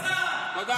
אתה שר.